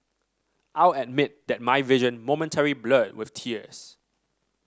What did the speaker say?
I'll admit that my vision momentarily blurred with tears